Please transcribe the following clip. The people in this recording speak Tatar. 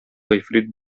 гыйфрит